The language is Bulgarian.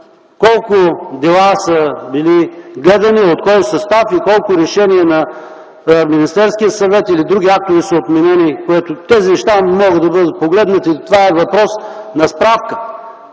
колко дела са били гледани, от кой състав и колко решения на Министерския съвет или други актове са отменени. Тези неща могат да бъдат погледнати – това е въпрос на справка.